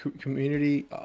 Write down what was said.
community